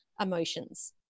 emotions